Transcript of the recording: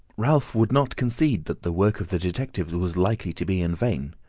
ralph would not concede that the work of the detectives was likely to be in vain,